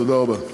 תודה רבה.